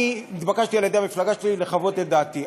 התבקשתי על ידי המפלגה שלי לחוות את דעתי.